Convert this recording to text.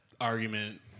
argument